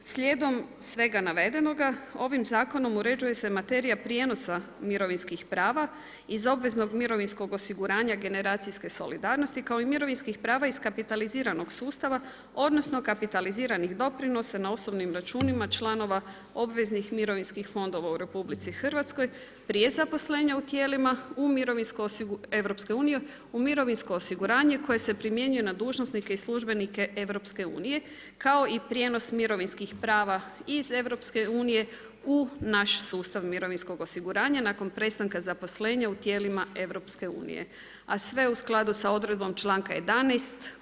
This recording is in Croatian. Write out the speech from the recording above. Slijedom svega navedenog, ovim zakonom uređuje materija prijenosa mirovinskih prava iz obveznog mirovinskog osiguranja generacijske solidarnosti kao i mirovinskih prava iz kapitaliziranog sustava odnosno kapitaliziranih doprinosa na osobnim računima članova obveznih mirovinskih fondova u RH, prije zaposlenja u tijelima EU-a, u mirovinsko osiguranje koje se primjenjuje na dužnosnike i službenike EU-a kao i prijenos mirovinskih prava iz EU-a u naš sustav mirovinskog osiguranja nakon prestanka zaposlenja u tijelima EU-a., a sve u skladu s odredbom članka 11.